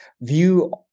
view